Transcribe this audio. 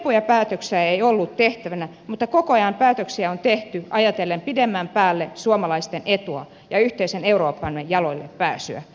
helppoja päätöksiä ei ollut tehtävänä mutta koko ajan päätöksiä on tehty ajatellen pidemmän päälle suomalaisten etua ja yhteisen eurooppamme jaloilleen pääsyä